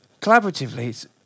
collaboratively